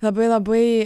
labai labai